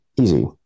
easy